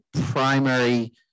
primary